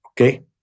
Okay